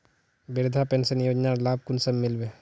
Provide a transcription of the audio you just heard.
वृद्धा पेंशन योजनार लाभ कुंसम मिलबे?